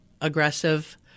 aggressive